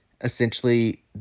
essentially